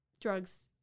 drugs